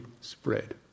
spread